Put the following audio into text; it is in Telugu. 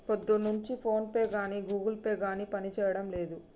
పొద్దున్నుంచి ఫోన్పే గానీ గుగుల్ పే గానీ పనిజేయడం లేదు